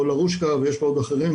פאולה רושקה ויש פה עוד אחרים,